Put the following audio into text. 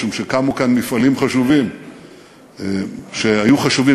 משום שקמו כאן מפעלים חשובים שהיו חשובים